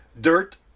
dirt